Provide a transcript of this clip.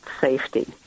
safety